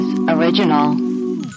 Original